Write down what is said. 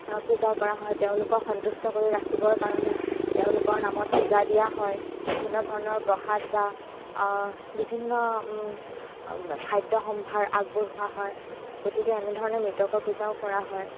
পূজা কৰা হয় তেওঁলোকক সন্তুষ্ট কৰি ৰাখিবৰ কাৰণে তেওঁলোকৰ নামত পূজা দিয়া হয় বিভিন্ন ধৰণৰ প্ৰসাদ বা বিভিন্ন খাদ্যসম্ভাৰ আগবঢ়োৱা হয় গতিকে এনে ধৰণে মৃতকৰ পূজাও কৰা হয়